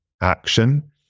action